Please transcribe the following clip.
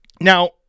Now